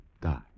die